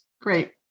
Great